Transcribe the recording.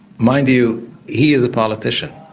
mind you he is a politician.